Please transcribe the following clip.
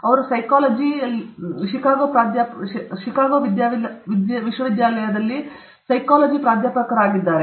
ಅವರು psychology Chicago ವಿಶ್ವವಿದ್ಯಾಲಯದ ಪ್ರಾಧ್ಯಾಪಕರಾಗಿದ್ದಾರೆ